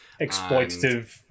exploitative